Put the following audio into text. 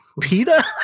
PETA